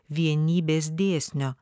vienybės dėsnio